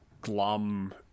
glum